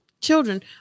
children